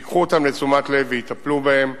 שייקחו אותם לתשומת לב ויטפלו בהם.